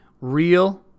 Real